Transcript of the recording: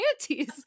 panties